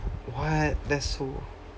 what that's so